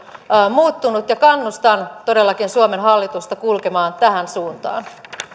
muuttunut ja kannustan todellakin suomen hallitusta kulkemaan tähän suuntaan